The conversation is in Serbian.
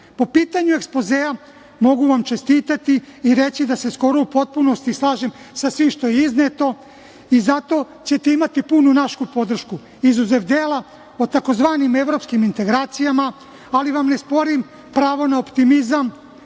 pitanju ekspozea mogu vam čestitati i reći da se skoro u potpunosti slažem sa svim što je izneto i zato ćete imati punu našu podršku, izuzev dela o tzv. evropskim integracijama, ali vam ne sporim pravo na optimizam,